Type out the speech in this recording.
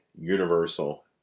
universal